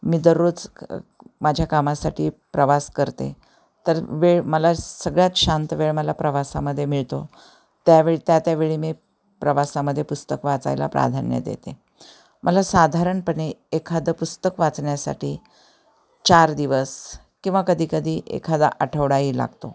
मी दररोज माझ्या कामासाठी प्रवास करते तर वेळ मला सगळ्यात शांत वेळ मला प्रवासामध्ये मिळतो त्यावेेळी त्या त्यावेळी मी प्रवासामध्ये पुस्तक वाचायला प्राधान्य देते मला साधारणपणे एखादं पुस्तक वाचण्यासाठी चार दिवस किंवा कधी कधी एखादा आठवडा ही लागतो